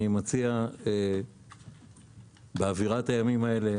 אני מציע באווירת הימים האלה,